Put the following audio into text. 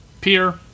pier